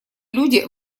люди